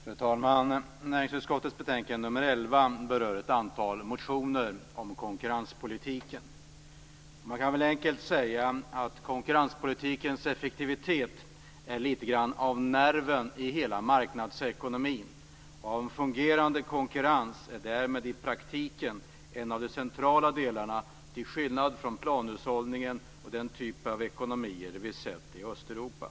Fru talman! Näringsutskottets betänkande nr 11 berör ett antal motioner om konkurrenspolitiken. Man kan väl, enkelt uttryckt, säga att konkurrenspolitikens effektivitet är lite grann av nerven i hela marknadsekonomin. En fungerande konkurrens är därmed i praktiken en av de centrala delarna, till skillnad från planhushållningen och den typ av ekonomier som vi har sett i Östeuropa.